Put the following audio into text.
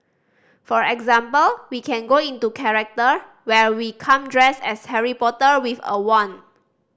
for example we can go into character where we come dressed as Harry Potter with a wand